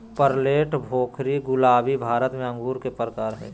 Perlette, Bhokri, गुलाबी भारत में अंगूर के प्रकार हय